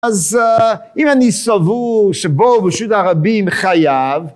אז אם אני סבור שבור ברשות הרבים חייב